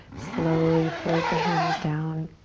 slowly float the hands down.